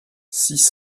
six